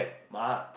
my